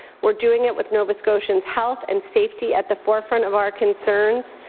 we're doing it with nova scotians' health and safety at the forefront of our concerns?